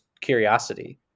curiosity